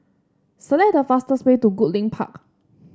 select the fastest way to Goodlink Park